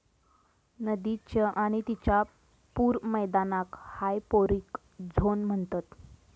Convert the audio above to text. नदीच्य आणि तिच्या पूर मैदानाक हायपोरिक झोन म्हणतत